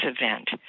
event